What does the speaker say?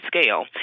scale